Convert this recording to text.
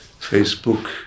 facebook